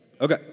Okay